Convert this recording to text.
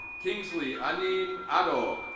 kinglsey aneen adol.